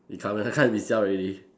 it can't be can't be sell already